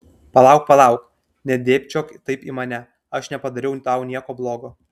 palauk palauk nedėbčiok taip į mane aš nepadariau tau nieko blogo